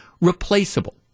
replaceable